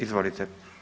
Izvolite.